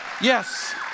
yes